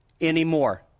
anymore